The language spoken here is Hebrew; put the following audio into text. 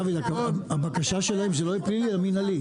דוד הבקשה שלהם שזה לא יהיה פלילי, אלא מנהלי.